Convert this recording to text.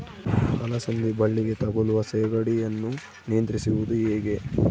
ಅಲಸಂದಿ ಬಳ್ಳಿಗೆ ತಗುಲುವ ಸೇಗಡಿ ಯನ್ನು ನಿಯಂತ್ರಿಸುವುದು ಹೇಗೆ?